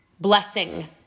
Blessing